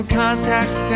contact